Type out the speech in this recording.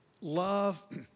love